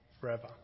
forever